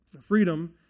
freedom